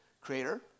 creator